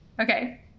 Okay